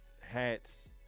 hats